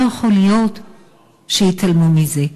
לא יכול להיות שיתעלמו מזה.